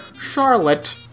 Charlotte